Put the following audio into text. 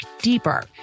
deeper